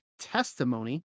testimony